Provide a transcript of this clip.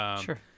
Sure